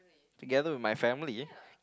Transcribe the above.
together with my family